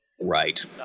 Right